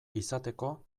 izateko